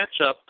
matchup